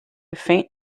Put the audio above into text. faint